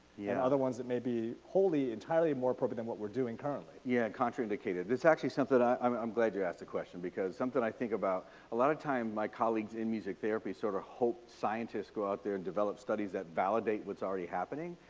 yeah, other ones that may be wholly, entirely, more appropriate than what we're doing currently. yeah contraindicated. it's actually something. i'm glad you asked the question because something i think about a lot of time, my colleagues in music therapy sort of hope scientists go out there and develop studies that validate what's already happening,